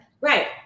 right